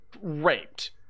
raped